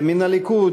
מהליכוד,